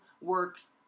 works